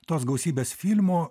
tos gausybės filmų